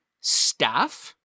staff